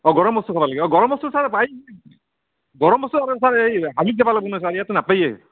অঁ গৰম বস্তু খাব লাগি অঁ গৰম বস্তু ছাৰ পায় গৰম বস্তু খাব ছাৰ এই হালিত যাব লাগব নহয় ছাৰ ইয়াত নাপায়েই